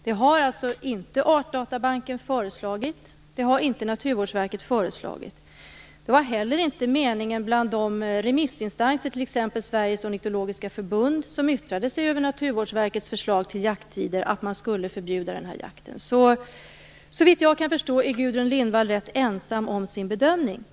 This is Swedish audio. Det har inte Artdatabanken föreslagit. Det har inte Naturvårdsverket föreslagit. Det var heller inte meningen bland de remissinstanser, t.ex. Sveriges ornitologiska förbund, som yttrade sig över Naturvårdsverkets förslag till jakttider att jakten skulle förbjudas. Såvitt jag kan förstå är alltså Gudrun Lindvall rätt ensam om sin bedömning.